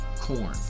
corn